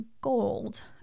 gold